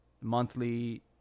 monthly